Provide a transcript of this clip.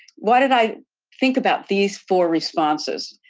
why did i think about these four responses?